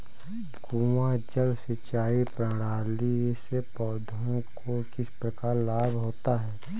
कुआँ जल सिंचाई प्रणाली से पौधों को किस प्रकार लाभ होता है?